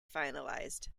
finalized